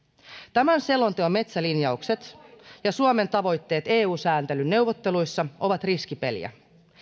tämän selonteon metsälinjaukset ja suomen tavoitteet eu sääntelyn neuvotteluissa ovat riskipeliä